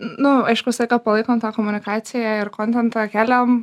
nu aišku visą laiką palaikom tą komunikaciją ir kontentą keliam